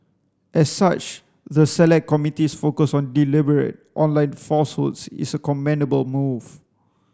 as such the select committee's focus on deliberate online falsehoods is a commendable move